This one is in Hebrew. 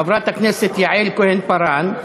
חברת הכנסת יעל כהן-פארן.